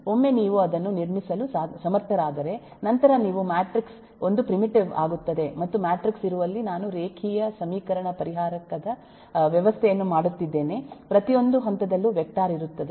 ಒಮ್ಮೆ ನೀವು ಅದನ್ನು ನಿರ್ಮಿಸಲು ಸಮರ್ಥರಾದರೆ ನಂತರ ನೀವು ಮ್ಯಾಟ್ರಿಕ್ಸ್ ಒಂದು ಪ್ರಿಮಿಟಿವ್ ಆಗುತ್ತದೆ ಮತ್ತು ಮ್ಯಾಟ್ರಿಕ್ಸ್ ಇರುವಲ್ಲಿ ನಾನು ರೇಖೀಯ ಸಮೀಕರಣ ಪರಿಹಾರಕದ ವ್ಯವಸ್ಥೆಯನ್ನು ಮಾಡುತ್ತಿದ್ದೇನೆ ಪ್ರತಿಯೊಂದು ಹಂತದಲ್ಲೂ ವೆಕ್ಟರ್ ಇರುತ್ತದೆ